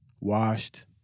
washed